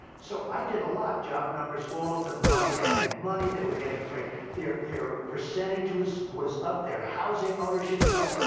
so i did a lot job numbers, all of the money. they had money. they were getting great their their percentage was was up. their housing ownership was up.